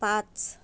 पाच